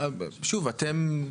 שוב, אתם.